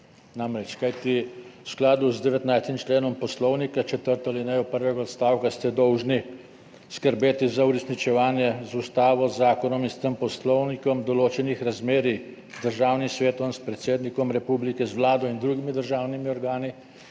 to, kajti v skladu z 19. členom Poslovnika, četrto alinejo prvega odstavka, ste dolžni skrbeti za uresničevanje z ustavo, z zakonom in s tem poslovnikom določenih razmerij z Državnim svetom, s predsednikom republike, z Vlado in drugimi državnimi organi,